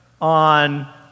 on